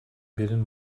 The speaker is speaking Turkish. birin